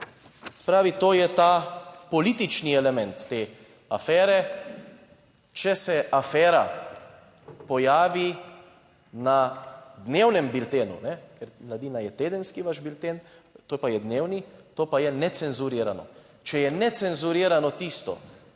pravi, to je ta politični element te afere. Če se afera pojavi na dnevnem biltenu, ker Mladina je tedenski, vaš bilten, to pa je dnevni, to pa je Necenzurirano. Če je Necenzurirano tisto,